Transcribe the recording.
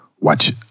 watch